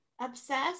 Obsessed